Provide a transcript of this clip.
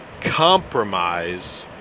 compromise